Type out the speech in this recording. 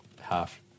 half